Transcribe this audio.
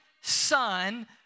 son